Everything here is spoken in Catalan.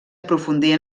aprofundir